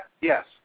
Yes